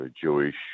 Jewish